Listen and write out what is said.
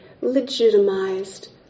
legitimized